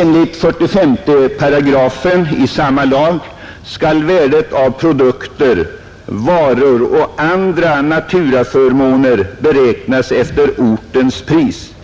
Enligt 42 § i samma lag skall värdet av produkter, varor och andra naturaförmåner beräknas efter ortens pris.